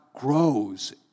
grows